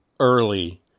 early